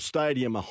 Stadium